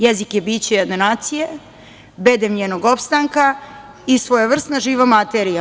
Jezik je biće jedne nacije, bedem njenog opstanka i svojevrsna živa materija.